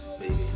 baby